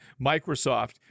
Microsoft